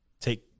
take